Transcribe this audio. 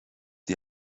die